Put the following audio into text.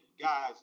Guys